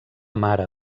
mare